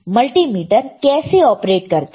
multimeter कैसे operate करता है